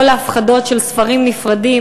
כל ההפחדות של ספרים נפרדים,